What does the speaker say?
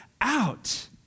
out